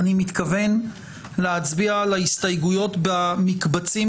אני מתכוון להצביע על ההסתייגויות במקבצים